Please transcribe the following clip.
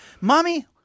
mommy